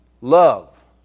Love